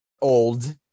old